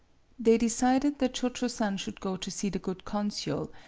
they decided that cho-cho-san should go to see the good con sul,